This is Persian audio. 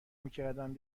میکردم